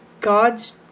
God's